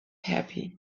happy